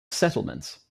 settlements